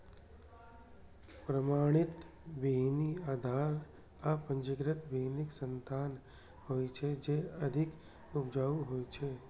प्रमाणित बीहनि आधार आ पंजीकृत बीहनिक संतान होइ छै, जे अधिक उपजाऊ होइ छै